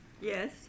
Yes